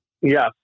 Yes